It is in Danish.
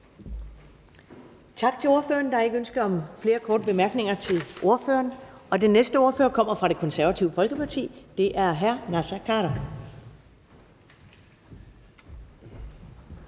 Tak til ordføreren. Der er ikke ønske om flere korte bemærkninger til ordføreren. Den næste ordfører kommer fra Det Konservative Folkeparti, og det er hr. Naser Khader.